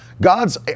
God's